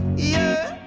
yeah